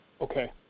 Okay